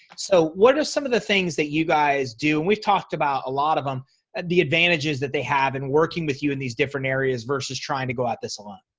so what are some of the things that you guys do and we've talked about a lot of them advantages that they have in working with you in these different areas versus trying to go out this alone?